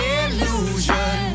illusion